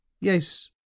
Yes